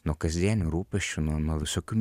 nuo kasdienių rūpesčių nuo nuo visokių